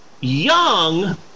young